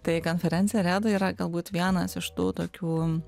tai konferencija reda yra galbūt vienas iš tų tokių